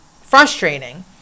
frustrating